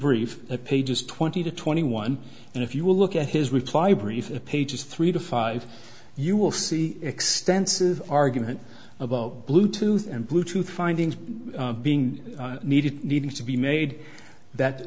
brief a pages twenty to twenty one and if you will look at his reply brief the pages three to five you will see extensive argument about blue tooth and blue tooth findings being needed needing to be made that